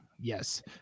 yes